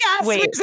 wait